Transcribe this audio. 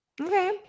Okay